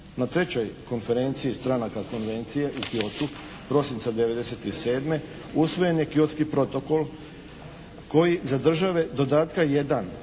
Na 3. konferenciji stranaka Konvencije u Kyotu prosinca 1997. usvojen je Kyotski protokol koji za države dodatka 1.